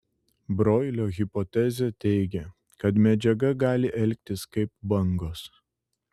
broilio hipotezė teigia kad medžiaga gali elgtis kaip bangos